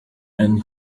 and